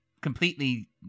completely